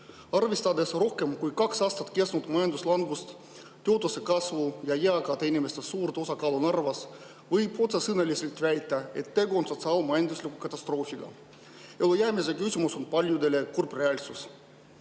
Arvestades rohkem kui kaks aastat kestnud majanduslangust, töötuse kasvu ja eakate inimeste suurt osakaalu Narvas, võib otsesõnaliselt väita, et tegu on sotsiaal-majandusliku katastroofiga. Ellujäämise küsimus on paljudele kurb reaalsus.